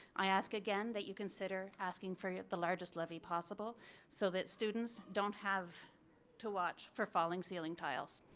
i ask again that you consider asking for the largest levy possible so that students don't have to watch for falling ceiling tiles.